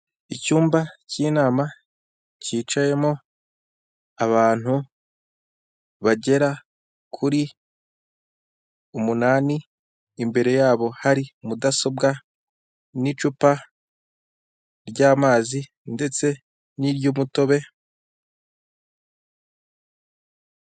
Icyumba cy'inama kicayemo abantu bagera kuri umunani, imbere yabo hari mudasobwa n'icupa ry'amazi ndetse niry'umutobe.